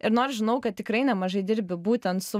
ir nors žinau kad tikrai nemažai dirbi būtent su